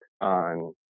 on